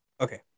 okay